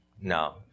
No